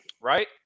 right